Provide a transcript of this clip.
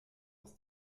aus